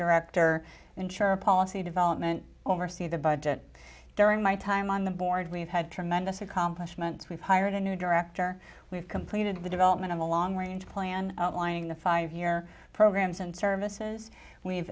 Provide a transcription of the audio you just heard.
director and chair a policy development oversee the budget during my time on the board we've had tremendous accomplishments we've hired a new director we've completed the development of a long range plan outlining the five year programs and services we've